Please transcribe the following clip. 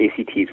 ACTs